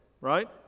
right